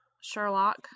sherlock